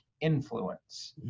influence